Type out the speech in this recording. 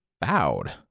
bowed